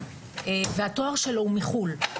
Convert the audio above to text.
והתואר שלו הוא מחו"ל.